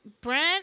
Brent